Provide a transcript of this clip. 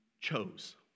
chose